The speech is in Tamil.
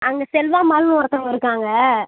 அங்கே செல்வமாள்ன்னு ஒருத்தவங்க இருக்காங்க